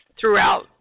throughout